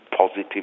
positive